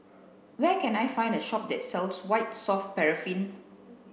where can I find a shop that sells White Soft Paraffin